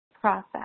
process